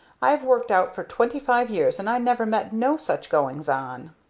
i've worked out for twenty-five years, and i never met no such goings on!